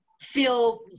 feel